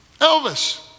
Elvis